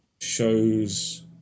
shows